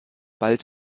bald